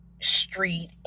street